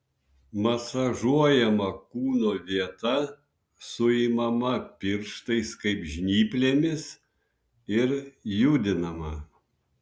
masažuojama kūno vieta suimama pirštais kaip žnyplėmis ir judinama